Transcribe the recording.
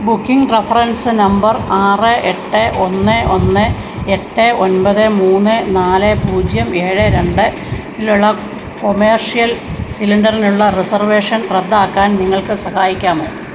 booking reference number ആറ് എട്ട് ഒന്ന് ഒന്ന് എട്ട് ഒൻപത് മൂന്ന് നാല് പൂജ്യം ഏഴ് രണ്ടിലുള്ള കൊമേർഷ്യൽ സിലിണ്ടറിനുള്ള റിസർവേഷൻ റദ്ദാക്കാൻ നിങ്ങൾക്ക് സഹായിക്കാമോ